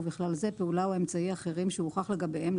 ובכלל זה פעולה או אמצעי אחרים שהוכח לגביהם,